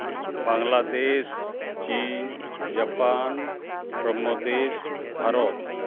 ᱵᱟᱝᱞᱟᱫᱮᱥ ᱪᱤᱱ ᱡᱟᱯᱟᱱ ᱯᱨᱚᱢᱚᱫᱮᱥ ᱵᱷᱟᱨᱚᱛ